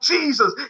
Jesus